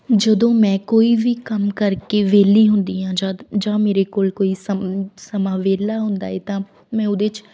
ਜਦੋਂ ਮੈਂ ਕੋਈ ਵੀ ਕੰਮ ਕਰਕੇ ਵਿਹਲੀ ਹੁੰਦੀ ਹਾਂ ਜਦ ਜਾਂ ਮੇਰੇ ਕੋਲ ਕੋਈ ਸਮ ਸਮਾਂ ਵਿਹਲਾ ਹੁੰਦਾ ਹੈ ਤਾਂ ਮੈਂ ਉਹਦੇ 'ਚ